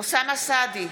אוסאמה סעדי,